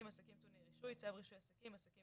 (עסקים טעוני רישוי); "צו רישוי עסקים (עסקים